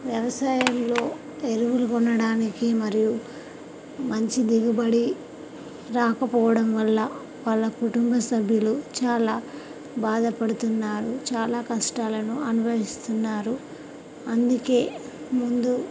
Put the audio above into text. వ్యవసాయంలో ఎరువులు కొనడానికి మరియు మంచి దిగుబడి రాకపోవడం వల్ల వాళ్ళ కుటుంబ సభ్యులు చాలా బాధపడుతున్నారు చాలా కష్టాలను అనుభవిస్తున్నారు అందుకని ముందు